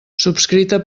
subscrita